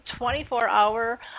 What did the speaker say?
24-hour